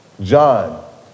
John